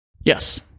Yes